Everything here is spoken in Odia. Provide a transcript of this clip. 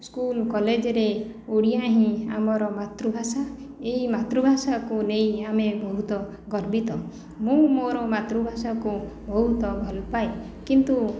ସ୍କୁଲ କଲେଜରେ ଓଡ଼ିଆ ହିଁ ଆମର ମାତୃଭାଷା ଏଇ ମାତୃଭାଷାକୁ ନେଇ ଆମେ ବହୁତ ଗର୍ବିତ ମୁଁ ମୋର ମାତୃଭାଷାକୁ ବହୁତ ଭଲ ପାଏ କିନ୍ତୁ